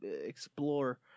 explore